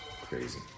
crazy